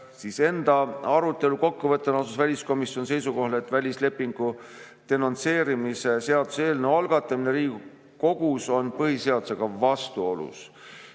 Enda arutelu kokkuvõttena asus väliskomisjon seisukohale, et välislepingu denonsseerimise seaduse eelnõu algatamine Riigikogus on põhiseadusega vastuolus.